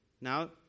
now